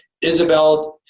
Isabel